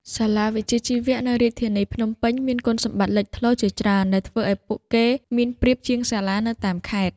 សាលាវិជ្ជាជីវៈនៅរាជធានីភ្នំពេញមានគុណសម្បត្តិលេចធ្លោជាច្រើនដែលធ្វើឱ្យពួកគេមានប្រៀបជាងសាលានៅតាមខេត្ត។